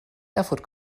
erfurt